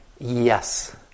Yes